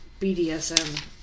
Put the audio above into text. BDSM